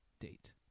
date